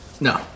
No